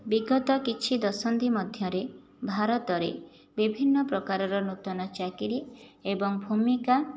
ବିଗତ କିଛି ଦଶନ୍ଧି ମଧ୍ୟରେ ଭାରତରେ ବିଭିନ୍ନ ପ୍ରକାରର ନୂତନ ଚାକିରି ଏବଂ ଭୂମିକା